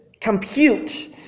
compute